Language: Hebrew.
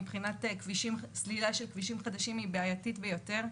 מבחינת סלילה של כבישים חדשים היא בעייתית ביותר,